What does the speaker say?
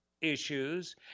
issues